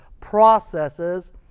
processes